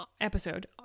episode